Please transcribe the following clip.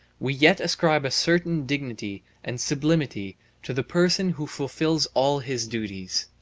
we yet ascribe a certain dignity and sublimity to the person who fulfils all his duties.